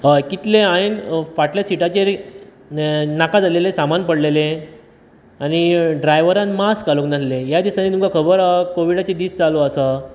हय कितले हांवें फाटल्या सिटाचेर नाका जाललेले सामान पडलेले आनी ड्रायवरान मास्क घालूंक नासले ह्या दिसांनी तुमकां खबर आहा कोवीडाचे दीस चालू आसा